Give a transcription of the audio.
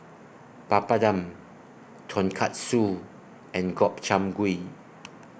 Papadum Tonkatsu and Gobchang Gui